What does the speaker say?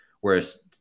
Whereas